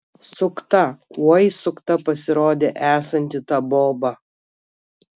sukta oi sukta pasirodė esanti ta boba